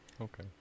Okay